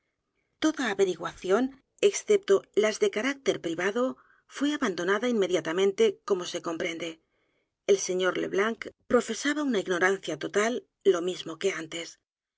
toda averiguación excepto las de carácter privado fué abandonada inmediatamente como se comprende el señor le blanc profesaba una ignorancia t o t a l lo mismo que antes